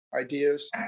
ideas